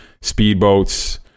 speedboats